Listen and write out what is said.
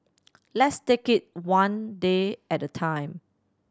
let's take it one day at a time